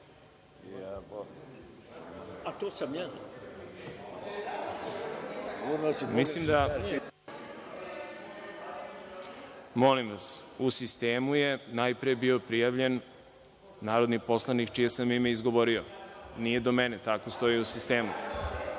Veroljub Matić. Molim vas, u sistemu je najpre bio prijavljen narodni poslanik čije sam ime izgovorio nije do mene, tako stoji u sistemu. Znači